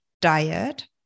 diet